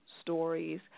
stories